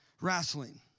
wrestling